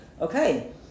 okay